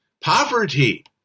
poverty